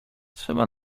trzeba